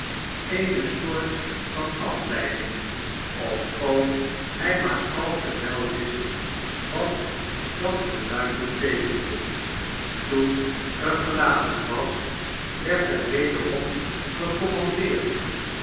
eene soort van afleiding ofschoon hij maar al te wel wist wat dat geluid beteekende toen er geladen was werd er wederom